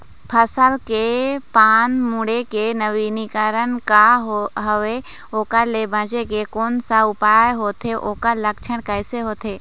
फसल के पान मुड़े के नवीनीकरण का हवे ओकर ले बचे के कोन सा उपाय होथे ओकर लक्षण कैसे होथे?